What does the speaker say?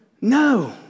No